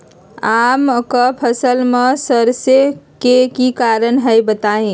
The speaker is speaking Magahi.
आम क फल म सरने कि कारण हई बताई?